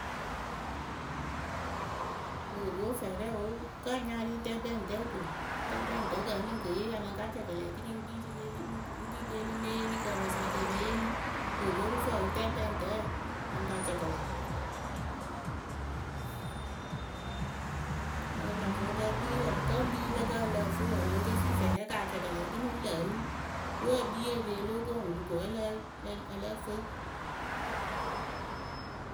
O ko fɛɛ rɛ o kǝ nya ri tɛkpɛŋtɛ ko tɛkpɛŋtǝkǝ ǝ lɨŋ ke yee a lɨŋ ka cɛkɛlɛ ekini ŋ́ kpii rɨ reeni ŋ́ kpii ŋ́ kpii rɨ ɖeeni née yee eni kǝ pǝ sa ke pe yeeni oko ko rɨ fǝŋ o tɛkpɛŋtɛ a lɨŋ pa cɛkɛlɛ mɨŋ lä vɔɖǝ ekpii wǝǝ kǝ́ e kpii lǝ kǝ ǝ lǝ ǝ fɨ wǝǝ lǝ kǝ ǝ lǝ ǝfɨ wǝǝ ǝ lɨŋ ke fii fɛɛ rɛ ka cɛkɛlɛ ekini ŋ́ lǝ eni. We e kpii ere lóo ko ŋ wɨ ko wǝ́ ǝ lǝ́ǝ fɨ.